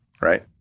right